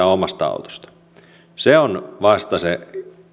omasta autosta se on vasta se